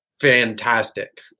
fantastic